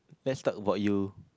let's talk about you